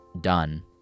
done